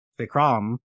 vikram